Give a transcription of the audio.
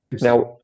Now